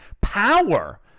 power